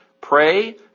Pray